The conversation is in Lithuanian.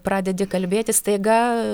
pradedi kalbėtis staiga